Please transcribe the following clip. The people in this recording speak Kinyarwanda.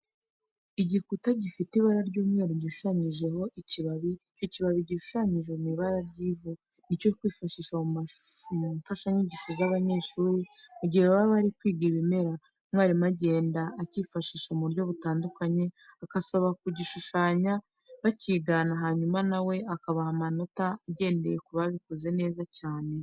Igikuta gifite ibara ry'umweru gishushanyijeho ikibabi, icyo kibabi gishushanyije mu ibara ry'ivu. Ni icyo kwifashisha mu mfashanyigisho z'abanyeshuri mu gihe baba bari kwiga ibimera. Umwarimu agenda acyifashisha mu buryo butandukanye, akabasaba kugishushanya bacyigana hanyuma na we akabaha amanota agendeye ku babikoze neza cyane.